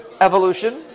evolution